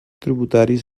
tributaris